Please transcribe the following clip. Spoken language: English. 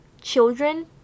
children